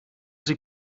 sie